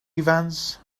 ifans